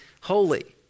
holy